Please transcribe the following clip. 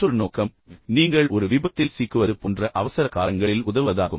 மற்றொரு நோக்கம் என்னவென்றால் நீங்கள் ஒரு விபத்தில் சிக்குவது போன்ற அவசர காலங்களில் உதவுவதாகும்